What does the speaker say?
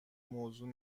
موضوع